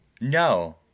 No